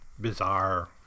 bizarre